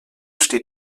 steht